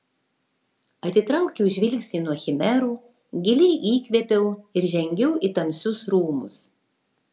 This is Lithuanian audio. atitraukiau žvilgsnį nuo chimerų giliai įkvėpiau ir žengiau į tamsius rūmus